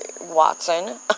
watson